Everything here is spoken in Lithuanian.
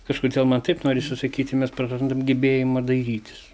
kažkodėl man taip norisi sakyti mes prarandam gebėjimą dairytis